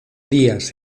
días